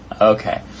Okay